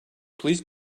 please